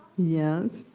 yes?